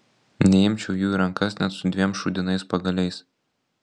neimčiau jų į rankas net su dviem šūdinais pagaliais